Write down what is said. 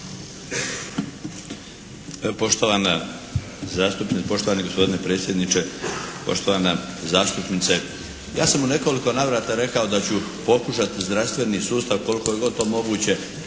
Darko (HDZ)** Poštovani gospodine predsjedniče. Poštovana zastupnice, ja sam u nekoliko navrata rekao da ću pokušati zdravstveni sustav koliko je god to moguće